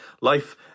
life